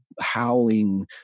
howling